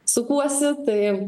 sukuosi tai